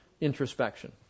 introspection